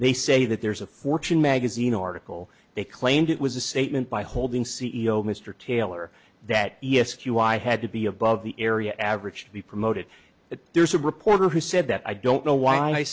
they say that there's a fortune magazine article they claimed it was a statement by holding c e o mr taylor that e s q i had to be above the area average to be promoted that there's a reporter who said that i don't know why